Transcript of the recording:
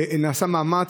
נעשה מאמץ.